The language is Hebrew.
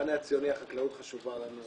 במחנה הציוני, החקלאות חשובה לנו.